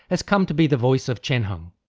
has come to be the voice of chien-hung.